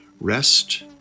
rest